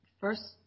first